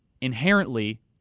inherently